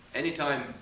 anytime